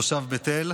תושב בית אל.